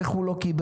איך הוא לא קיבל?